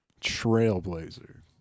Trailblazer